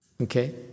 Okay